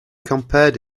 compared